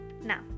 Now